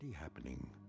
happening